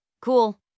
cool